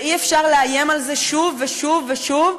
ואי-אפשר לאיים בזה שוב ושוב ושוב,